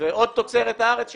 ועוד תוצרת הארץ שנפגעת.